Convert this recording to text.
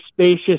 spacious